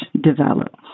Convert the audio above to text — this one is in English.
develop